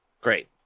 Great